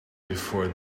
before